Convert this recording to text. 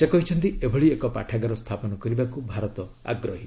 ସେ କହିଛନ୍ତି ଏଭଳି ଏକ ପାଠାଗାର ସ୍ଥାପନ କରିବାକୁ ଭାରତ ଆଗହୀ